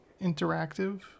interactive